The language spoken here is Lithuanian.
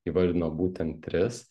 įvardino būtent tris